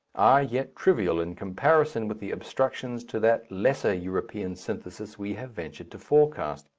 are yet trivial in comparison with the obstructions to that lesser european synthesis we have ventured to forecast.